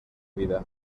vida